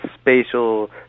spatial